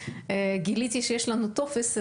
גיליתי שיש לנו טופס.